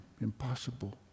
impossible